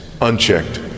unchecked